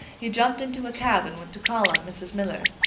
he jumped into a cab and went to call on mrs. miller.